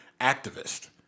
activist